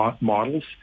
models